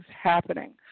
happening